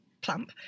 plump